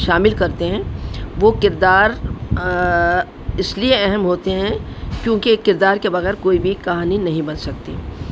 شامل کرتے ہیں وہ کردار اس لیے اہم ہوتے ہیں کیونکہ کردار کے بغیر کوئی بھی کہانی نہیں بن سکتی